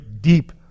deep